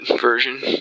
version